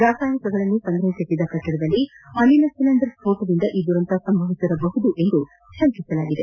ರಾಸಾಯನಿಕಗಳನ್ನು ಸಂಗ್ರಹಿಸಿಟ್ಟಿದ್ದ ಕಟ್ಟಡದಲ್ಲಿ ಅನಿಲ ಸಿಲಿಂಡರ್ ಸ್ಪೋಟದಿಂದ ಈ ದುರಂತ ಸಂಭವಿಸಿರಬಹುದು ಎಂದು ಶಂಕಿಸಲಾಗಿದೆ